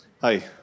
Hi